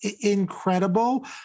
incredible